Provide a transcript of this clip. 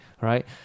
right